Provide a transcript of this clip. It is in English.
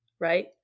right